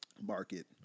market